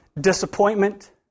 disappointment